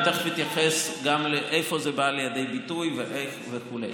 גם לאיפה זה בא לידי ביטוי וכו'.